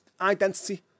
identity